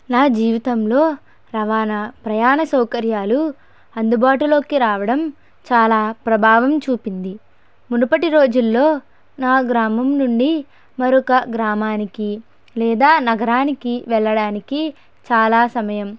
నా జీవితంలో రవాణా ప్రయాణ సౌకర్యాలు అందుబాటులోకి రావడం చాలా ప్రభావం చూపింది మునుపటి రోజుల్లో నా గ్రామం నుండి మరొక గ్రామానికి లేదా నగరానికి వెళ్ళడానికి చాలా సమయం